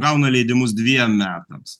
gauna leidimus dviem metams